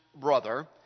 brother